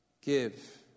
Give